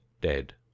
dead